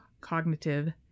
cognitive